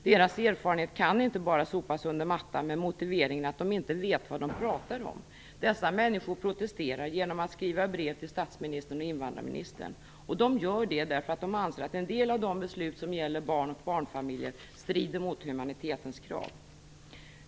Deras erfarenhet kan inte bara sopas under mattan med motiveringen att de inte vet vad de pratar om. Dessa människor protesterar genom att skriva brev till statsministern och invandrarministern. Och de gör det därför att de anser att en del av de beslut som gäller barn och barnfamiljer strider mot humanitetens krav.